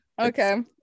Okay